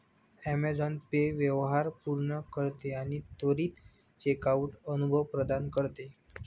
Amazon pay व्यवहार पूर्ण करते आणि त्वरित चेकआउट अनुभव प्रदान करते